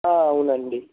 అవునండి